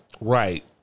right